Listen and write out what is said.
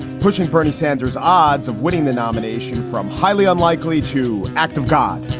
pushing bernie sanders odds of winning the nomination from highly unlikely to act of god.